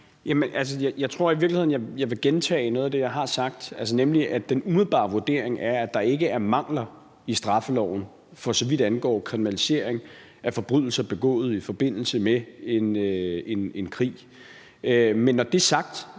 Jeg tror i virkeligheden, jeg vil gentage noget af det, jeg har sagt, nemlig at den umiddelbare vurdering er, at der ikke er mangler i straffeloven, for så vidt angår kriminalisering af forbrydelser begået i forbindelse med en krig. Men når det så er sagt,